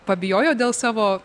pabijojo dėl savo